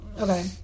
Okay